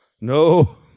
No